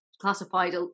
classified